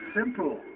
simple